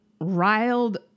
riled